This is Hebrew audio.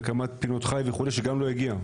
להקמת פינות חי וכו' שגם לא הגיעה.